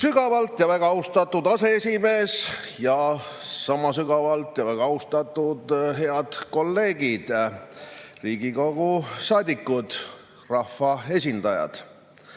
Sügavalt ja väga austatud aseesimees! Sama sügavalt ja väga austatud head kolleegid Riigikogu liikmed, rahvaesindajad!